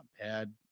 pad